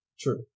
True